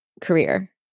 career